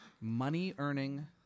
money-earning